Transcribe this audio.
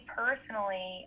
personally